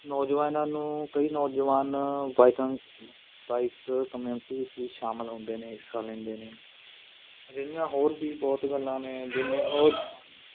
ਨੌਜਵਾਨਾਂ ਨੂੰ ਕਈ ਨੌਜਵਾਨ ਬਾਈਕਾਂ ਬਾਈਕ ਕਮਿਊਨਟੀ ਵਿੱਚ ਵੀ ਸ਼ਾਮਿਲ ਹੁੰਦੇ ਨੇ ਹਿੱਸਾ ਲੈਂਦੇ ਨੇ ਅਜਿਹੀਆਂ ਹੋਰ ਵੀ ਬਹੁਤ ਗੱਲਾਂ ਨੇ ਜਿਵੇਂ ਉਹ